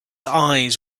eyes